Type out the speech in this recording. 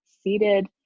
seated